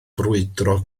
brwydro